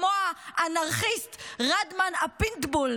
כמו האנרכיסט רדמן הפיטבול,